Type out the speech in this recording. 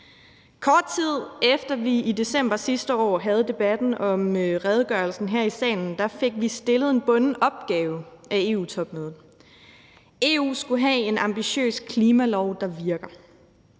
Kort tid efter at vi i december sidste år havde debatten om redegørelsen her i salen, fik vi stillet en bunden opgave af EU-topmødet. EU skulle have en ambitiøs klimalov, der virker.